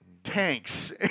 Tanks